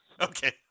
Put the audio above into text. Okay